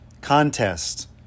contest